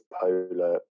polar